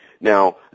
Now